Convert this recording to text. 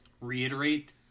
reiterate